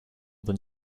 than